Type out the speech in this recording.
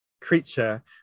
creature